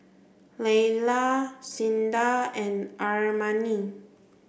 Laylah Cinda and Armani